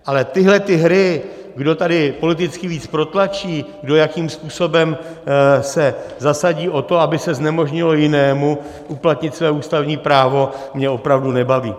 Ale tyhle hry, kdo tady politicky víc protlačí, kdo se jakým způsobem zasadí o to, aby se znemožnilo jinému uplatnit své ústavní právo, mě opravdu nebaví.